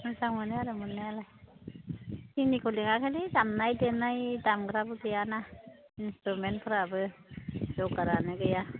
मोजां मोनो आरो मोननायालाय जोंनिखौ लिङाखैलै दामनाय देनाय दामग्राबो गैयाना इन्सटत्रुमेन्टफोराबो जगारानो गैया